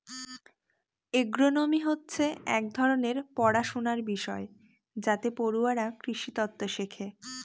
agronomy হচ্ছে এক ধরনের পড়াশনার বিষয় যাতে পড়ুয়ারা কৃষিতত্ত্ব শেখে